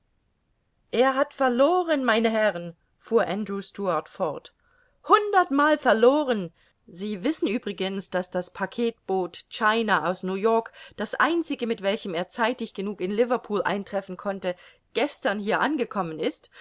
er hat verloren meine herren fuhr andrew stuart fort hundertmal verloren sie wissen übrigens daß das packetboot china aus new-york das einzige mit welchem er zeitig genug in liverpool eintreffen konnte gestern hier angekommen ist